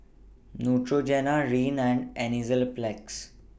Neutrogena Rene and Enzyplex